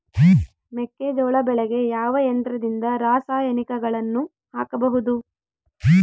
ಮೆಕ್ಕೆಜೋಳ ಬೆಳೆಗೆ ಯಾವ ಯಂತ್ರದಿಂದ ರಾಸಾಯನಿಕಗಳನ್ನು ಹಾಕಬಹುದು?